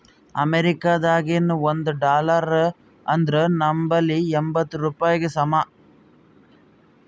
ಅಮೇರಿಕಾದಾಗಿನ ಒಂದ್ ಡಾಲರ್ ಅಂದುರ್ ನಂಬಲ್ಲಿ ಎಂಬತ್ತ್ ರೂಪಾಯಿಗಿ ಸಮ